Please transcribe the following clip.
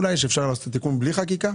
אולי אפשר לעשות את התיקון בלי חקיקה?